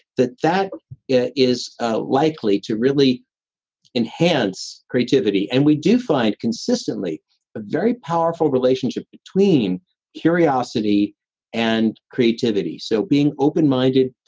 that that is ah likely to really enhance creativity. and we do find consistently a very powerful relationship between curiosity and creativity so being open minded,